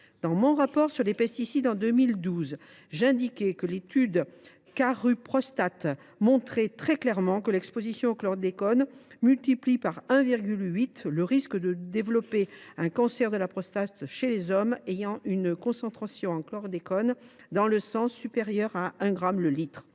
Dans mon rapport sur les pesticides en 2012, j’indiquais que l’étude Karuprostate montrait très clairement que l’exposition au chlordécone multipliait par 1,8 le risque de développer un cancer de la prostate chez les hommes ayant une concentration en chlordécone dans le sang supérieure à un gramme par litre.